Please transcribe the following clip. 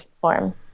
form